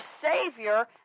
Savior